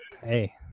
Hey